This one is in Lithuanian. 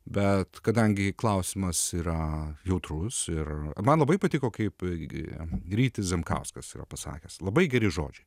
bet kadangi klausimas yra jautrus ir man labai patiko kaip rytis zemkauskas yra pasakęs labai geri žodžiai